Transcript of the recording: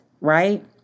right